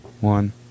one